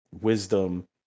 wisdom